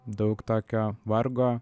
daug tokio vargo